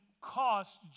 cost